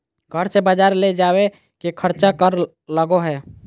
घर से बजार ले जावे के खर्चा कर लगो है?